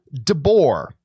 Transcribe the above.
DeBoer